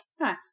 Nice